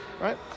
right